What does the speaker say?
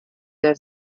der